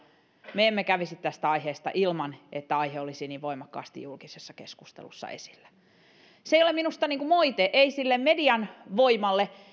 me emme kävisi tästä aiheesta ilman että aihe olisi niin voimakkaasti julkisessa keskustelussa esillä se ei ole minusta moite ei sille median voimalle